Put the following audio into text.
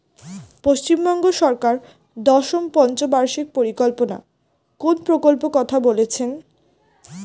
পশ্চিমবঙ্গ সরকার দশম পঞ্চ বার্ষিক পরিকল্পনা কোন প্রকল্প কথা বলেছেন?